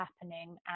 happening